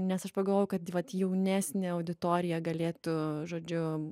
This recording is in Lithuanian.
nes aš pagalvojau kad vat jaunesnė auditorija galėtų žodžiu